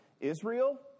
Israel